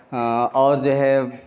اور جو ہے